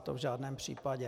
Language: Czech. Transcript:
To v žádném případě.